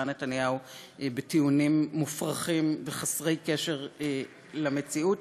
נתניהו בטיעונים מופרכים וחסרי קשר למציאות,